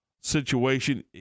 situation